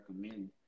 recommend